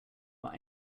but